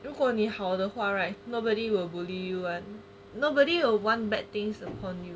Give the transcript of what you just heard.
如果你好的话 right nobody will bully you and nobody will want bad things upon you